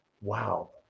Wow